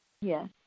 Yes